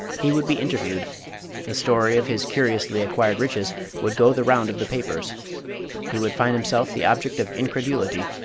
he would be interviewed the story of his curiously acquired riches would go the round of the papers he would find himself the object of incredulity,